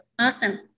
awesome